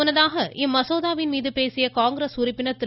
முன்னதாக இந்த மசோதாவின் மீது பேசிய காங்கிரஸ் உறுப்பினர் திரு